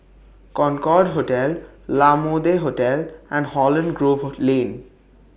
Concorde Hotel La Mode Hotel and Holland Grove Lane